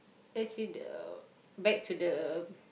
as in the back to the